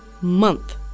month